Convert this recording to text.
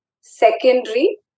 secondary